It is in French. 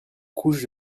couche